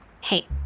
Hey